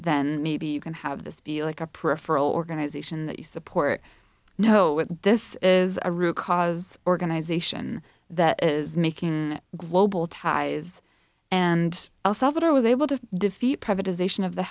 then maybe you can have this be like a peripheral organization that you support no this is a root cause organization that is making global ties and also that it was able to defeat privatization of the